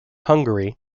hungary